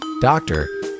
doctor